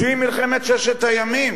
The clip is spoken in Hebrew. שהיא מלחמת ששת הימים.